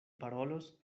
parolos